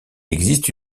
existe